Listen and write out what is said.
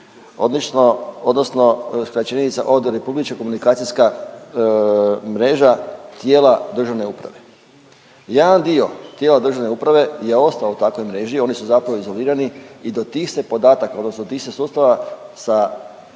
odnosno skraćenica od Republička komunikacijska mreža tijela državne uprave. Jedan dio tijela državne uprave je ostao u takvoj mreži, oni su zapravo izolirani i do tih se podataka, odnosno tih se sustava sa